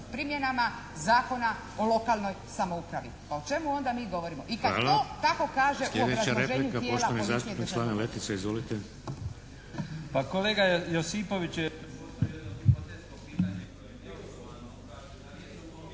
primjenama Zakona o lokalnoj samoupravi. Pa o čemu onda mi govorimo? **Šeks, Vladimir